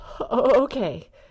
Okay